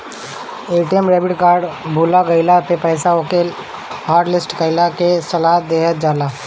ATM debit card भूला गईला पे ओके हॉटलिस्ट कईला के सलाह देहल जाला